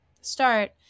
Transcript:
start